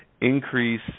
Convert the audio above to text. increase